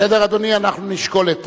בסדר, אדוני, אנחנו נשקול את